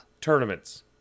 tournaments